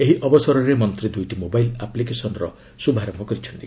ଏହି ଅବସରରେ ମନ୍ତ୍ରୀ ଦୁଇଟି ମୋବାଇଲ୍ ଆପ୍ରିକେସନ୍ର ଶ୍ରଭାରମ୍ଭ କରିଛନ୍ତି